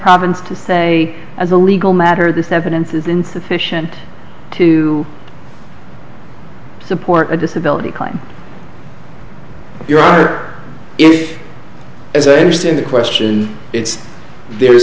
province to say as a legal matter this evidence is insufficient to support a disability claim your honor if as i understand the question it's there